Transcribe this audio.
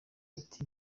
ati